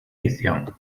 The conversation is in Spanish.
ficción